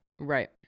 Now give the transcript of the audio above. Right